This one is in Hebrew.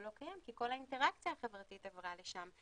קיים כי כל האינטראקציה החברתית עברה לשם.